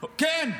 כן.